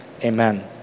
amen